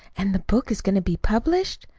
and the book is going to be published?